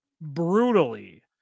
brutally